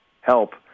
help